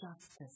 justice